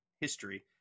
history